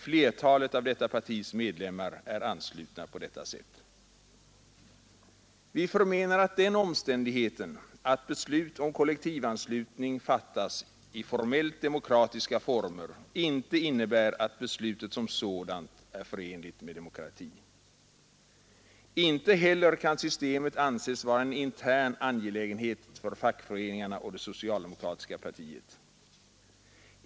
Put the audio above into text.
Flertalet av detta partis medlemmar är anslutna på detta sätt. Vi förmenar att den omständigheten att beslut om kollektivanslutning fattas i formellt demokratiska former inte innebär att beslutet som sådant är förenligt med demokrati. Inte heller kan systemet anses vara en intern angelägenhet för fackföreningarna och det socialdemokratiska partiet.